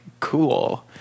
cool